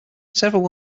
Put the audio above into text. several